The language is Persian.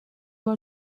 بار